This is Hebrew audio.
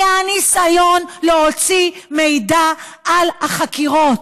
היה ניסיון להוציא מידע על החקירות.